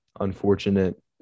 unfortunate